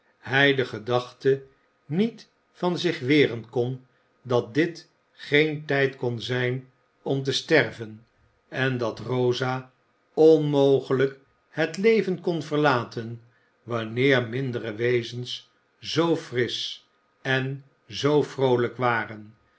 hij de gedachte niet van zich weren kon dat dit geen tijd kon zijn om te sterven en dat rosa onmogelijk het leven kon verlaten wanneer mindere wezens zoo frisch en zoo vroolijk waren